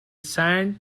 sand